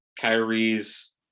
Kyrie's